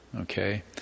okay